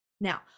Now